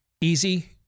easy